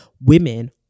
women